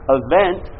event